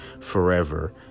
forever